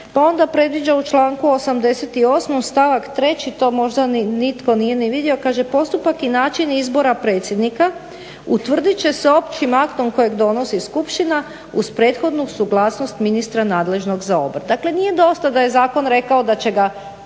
Pa onda predviđa u članku 88. stavak 3. to možda nitko nije ni vidio, kaže: kaže: "Postupak i način izbora predsjednika utvrdit će se općim aktom kojeg donosi skupština uz prethodnu suglasnost ministra nadležnog za obrt". Dakle, nije dosta da je zakon rekao da će ga,